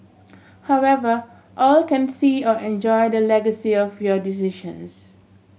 however all can see or enjoy the legacy of your decisions